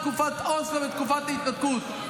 בתקופת אוסלו ובתקופת ההתנתקות.